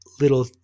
little